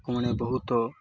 ଲୋକମାନେ ବହୁତ